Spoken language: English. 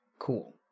Cool